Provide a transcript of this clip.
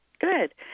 Good